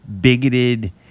bigoted